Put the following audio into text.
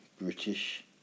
British